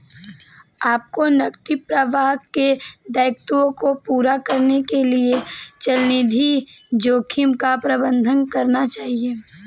आपको नकदी प्रवाह के दायित्वों को पूरा करने के लिए चलनिधि जोखिम का प्रबंधन करना चाहिए